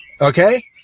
okay